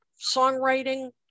songwriting